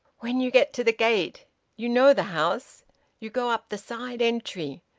when you get to the gate you know the house you go up the side entry.